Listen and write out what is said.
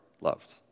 loved